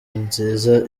nziza